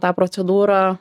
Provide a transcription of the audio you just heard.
tą procedūrą